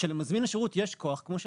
כשלמזמין השירות יש כוח, כמו שאמרתי,